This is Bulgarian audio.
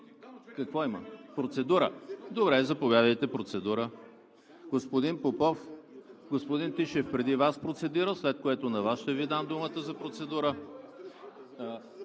Тишев, Вие? Процедура? Заповядайте – процедура. Господин Попов, господин Тишев преди Вас процедира, след което на Вас ще Ви дам думата за процедура.